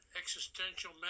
existential